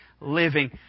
living